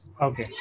Okay